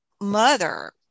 mother